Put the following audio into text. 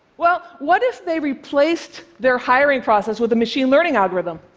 well, what if they replaced their hiring process with a machine-learning algorithm?